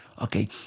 Okay